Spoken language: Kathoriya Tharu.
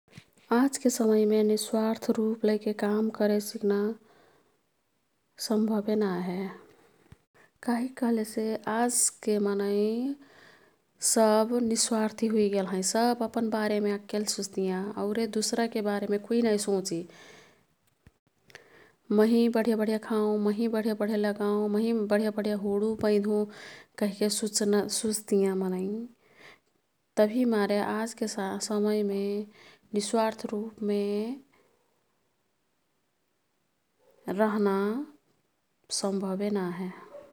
आजके समयमे निस्वार्थ रुपलैके काम करे सिक्ना संभवबे ना हे। कहिक कह्लेसे आजके मनै सब स्वार्थी हुइगेल हैं। ओईने अपन बरेमे अक्केल सुच्तियाँ। औरेक बारेमे चौहं जा हुइजबे कुईफे नाई सुच्ता। सब अपन बारेमे किल सुच्तियाँ तभिमारे आजके समयमेहे निस्वार्थ रुपलैके काम कर्ना बहुत कर्रा है।